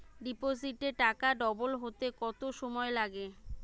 ডিপোজিটে টাকা ডবল হতে কত সময় লাগে?